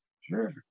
Sure